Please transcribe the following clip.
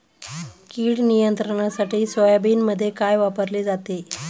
कीड नियंत्रणासाठी सोयाबीनमध्ये काय वापरले जाते?